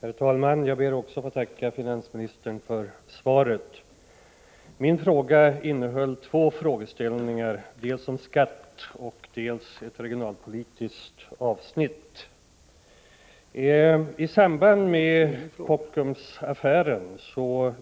Herr talman! Också jag ber att få tacka finansministern för svaret. Jag har tagit upp två frågeställningar. Det gäller dels de skattemässiga konsekvenserna, dels de regionalpolitiska synpunkterna när det gäller den här affären. I samband med Kockumsaffären